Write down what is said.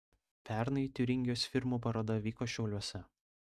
pernai tiuringijos firmų paroda vyko šiauliuose